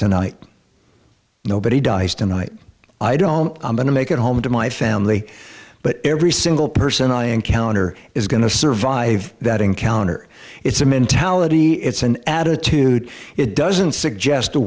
tonight nobody dies tonight i don't i'm going to make it home to my family but every single person i encounter is going to survive that encounter it's a mentality it's an attitude it doesn't suggest a